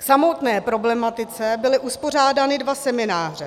K samotné problematice byly uspořádány dva semináře.